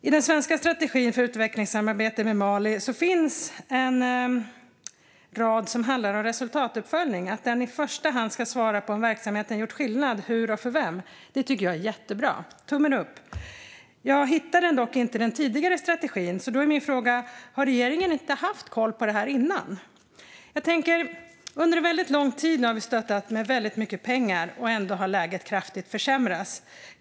I den svenska strategin för utvecklingssamarbete med Mali finns det en rad som handlar om resultatuppföljning - att den i första hand ska svara på om verksamheten gjort skillnad, hur och för vem. Det tycker jag är jättebra. Tummen upp för det. Jag hittar det dock inte i den tidigare strategin. Då är min fråga: Har regeringen inte haft koll på detta tidigare? Under väldigt lång tid har vi nu stöttat med väldigt mycket pengar. Ändå har läget kraftigt försämrats.